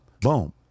Boom